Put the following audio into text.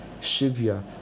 shivya